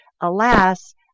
Alas